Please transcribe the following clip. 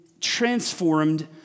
transformed